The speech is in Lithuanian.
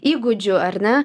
įgūdžių ar ne